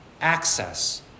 access